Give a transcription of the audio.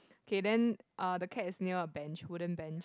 K then uh the cat is near a bench wooden bench